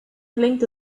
gelingt